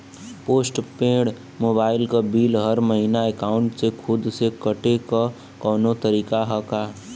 Post paid mobile क bill हर महिना एकाउंट से खुद से कटे क कौनो तरीका ह का?